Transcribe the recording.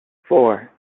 four